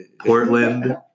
Portland